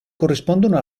corrispondono